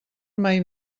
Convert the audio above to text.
mai